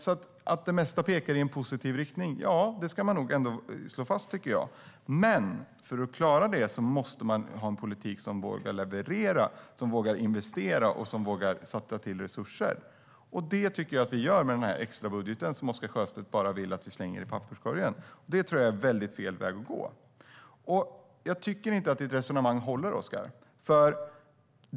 Man ska nog ändå slå fast att det mesta pekar i en positiv riktning. Men för att klara det måste man ha en politik som vågar leverera, investera och satsa resurser. Det gör vi med den extra budgeten som Oscar Sjöstedt vill att vi bara slänger i papperskorgen. Det är fel väg att gå. Jag tycker inte att ditt resonemang håller, Oscar.